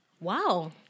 Wow